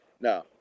no